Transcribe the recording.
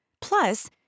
Plus